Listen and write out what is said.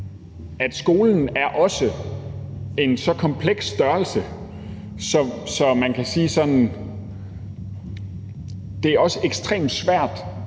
at skolen er en så kompleks størrelse, at man kan sige, at det også er ekstremt svært